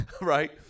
Right